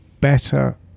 better